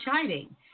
shining